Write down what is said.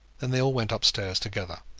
then they all went upstairs together.